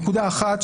נקודה אחת,